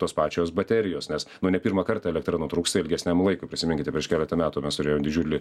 tos pačios baterijos nes nu ne pirmą kartą elektra nutrūksta ilgesniam laikui prisiminkite prieš keletą metų mes turėjom didžiulį